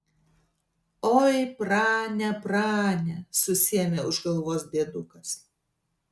oi prane prane susiėmė už galvos diedukas